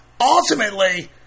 ultimately